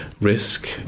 risk